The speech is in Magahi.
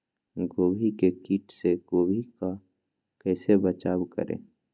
गोभी के किट से गोभी का कैसे बचाव करें?